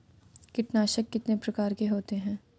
कीटनाशक कितने प्रकार के होते हैं?